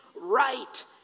right